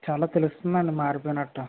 చాలా తెలుస్తుందండి మారిపోయినట్టు